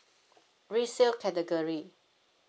resale category